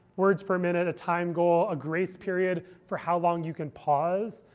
words per minute, a time goal, a grace period for how long you can pause.